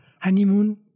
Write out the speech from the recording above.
honeymoon